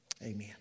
Amen